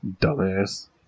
Dumbass